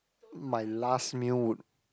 my last meal would